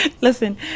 Listen